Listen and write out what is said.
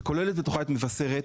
שכוללת בתוכה את מבשרת,